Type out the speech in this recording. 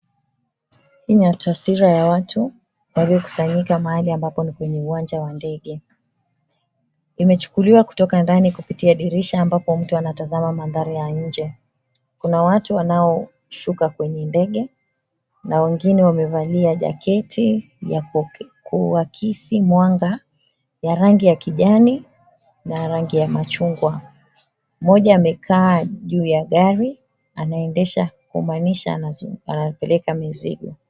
Hii ni ya taswira ya watu waliokusanyika mahali ambapo ni kwenye uwanja wa ndege. Imechukuliwa kutoka ndani kupitia dirisha, ambapo mtu anatazama mandhari ya nje. Kuna watu wanaoshuka kwenye ndege, na wengine wamevalia jaketi ya kuakisi mwanga ya rangi ya kijani na ya rangi ya machungwa. Mmoja amekaa juu ya gari, anaendesha, kumaanisha anapeleka mizigo.